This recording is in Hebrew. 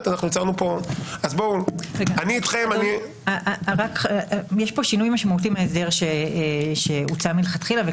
יש פה שינוי משמעותי מההסדר שהוצע מלכתחילה.